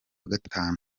gatanu